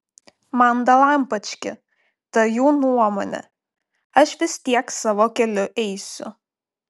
man dalampački ta jų nuomonė aš vis tiek savo keliu eisiu